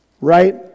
right